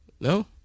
no